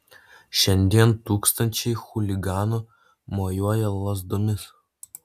šiandien tūkstančiai chuliganų mojuoja lazdomis